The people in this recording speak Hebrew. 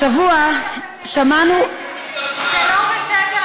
השבוע שמענו, זה לא בסדר.